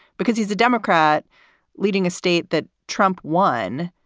because he's a democrat leading a state that trump won.